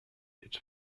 its